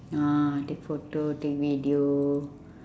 ah take photo take video